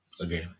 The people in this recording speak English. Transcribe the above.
again